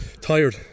Tired